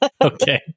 Okay